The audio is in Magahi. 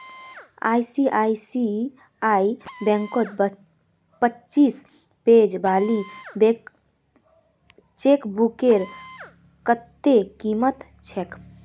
आई.सी.आई.सी.आई बैंकत पच्चीस पेज वाली चेकबुकेर कत्ते कीमत छेक